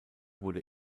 wurde